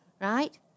Right